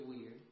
weird